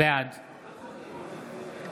בעד יואב